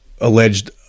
alleged